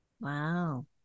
Wow